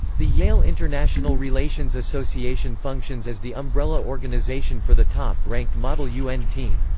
the yale international relations association functions as the umbrella organization for the top-ranked model un team.